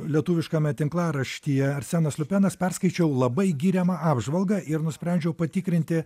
lietuviškame tinklaraštyje arsenas liupenas perskaičiau labai giriamą apžvalgą ir nusprendžiau patikrinti